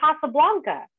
Casablanca